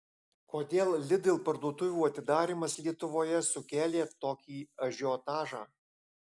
kodėl lidl parduotuvių atidarymas lietuvoje sukėlė tokį ažiotažą